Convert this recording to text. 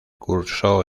cursó